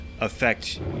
affect